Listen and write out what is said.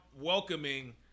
welcoming